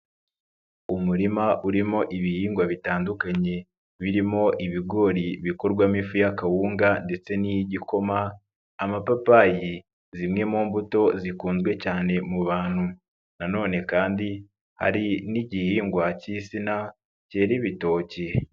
Umurima urimo ibihingwa bitandukanye birimo ibigori bikorwamo ifu y'akawunga ndetse n'iy'igikoma amapapayi zimwe mu mbuto zikunzwe cyane mu bantu na none kandi hari n'igihingwa cy'izina byera ibitoki.